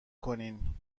کنین